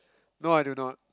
no I do not